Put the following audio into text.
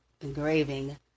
engraving